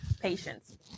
patients